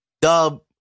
Dub